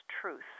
truth